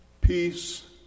Peace